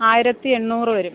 ആയിരത്തി എണ്ണൂറ് വരും